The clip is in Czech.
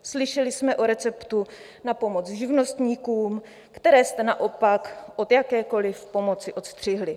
Slyšeli jsme o receptu na pomoc živnostníkům, které jste naopak od jakékoliv pomoci odstřihli.